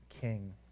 king